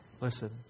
listen